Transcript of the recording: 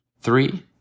Three